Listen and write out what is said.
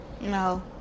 No